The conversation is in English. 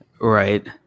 right